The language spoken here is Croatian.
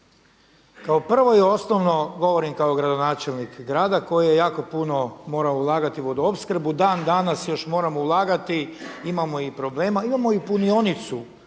Kao prvo i osnovno, govorim kao gradonačelnik grada koji je jako puno morao ulagati u vodoopskrbu. Dan danas još moramo ulagati, imamo i problema, imamo i punionicu